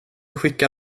skicka